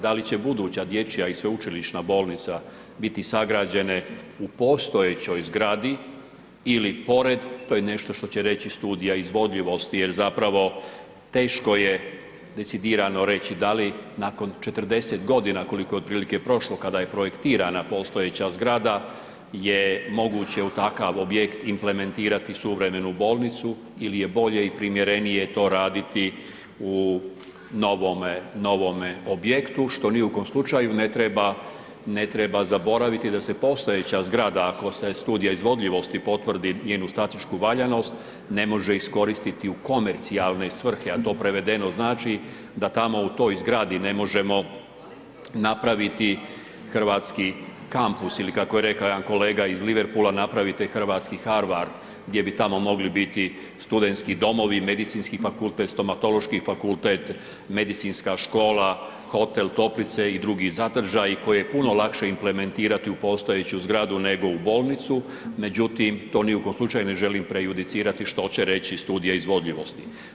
Da li će buduća dječja i sveučilišna bolnica biti sagrađene u postojećoj zgradi ili pored to je nešto što će reći studija izvodljivosti jer zapravo je teško decidirano reći da li nakon 40 godina koliko je otprilike prošlo kada je projektirana postojeća zgrada je moguće u takav objekt implementirati suvremenu bolnicu ili je bolje i primjerenije to raditi u novome objektu, što ni u kome slučaju ne treba zaboraviti da se postojeća zgrada, ako se studija izvodljivosti potvrdi njenu statičku valjanost, ne može iskoristiti u komercijalne svrhe, a to prevedeno znači da tamo u toj zgradi ne možemo napraviti hrvatski kampus ili kako je rekao jedan kolega iz Liverpoola, napravite hrvatski Harvard gdje bi tamo mogli biti studentski domovi, Medicinski fakultet, Stomatološki fakultet, Medicinska škola, hotel, toplice i drugi sadržaji koje je puno lakše implementirati u postojeću zgradu, nego u bolnicu, međutim, to ni u kom slučaju ne želim prejudicirati što će reći studija izvodljivosti.